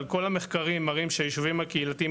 אבל כל המחקרים מראים שישובים הקהילתיים